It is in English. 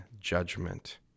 judgment